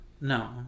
No